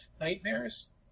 nightmares